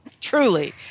Truly